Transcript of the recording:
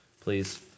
please